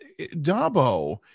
Dabo